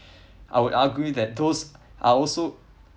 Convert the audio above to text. I would argue that those are also